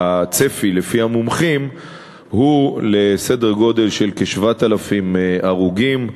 הצפי לפי המומחים הוא לסדר-גודל של 7,000 הרוגים,